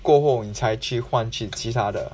过后你才去换去其他的